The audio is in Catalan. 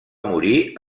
morir